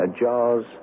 jaws